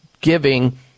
giving